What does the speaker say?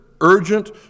urgent